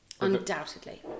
undoubtedly